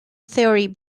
theory